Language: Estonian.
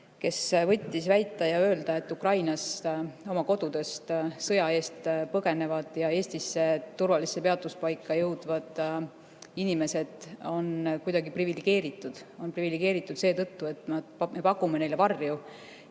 küsija võttis väita ja öelda, et Ukrainas oma kodudest sõja eest põgenevad ja Eestisse turvalisse peatuspaika jõudvad inimesed on kuidagi privilegeeritud seetõttu, et me pakume neile varju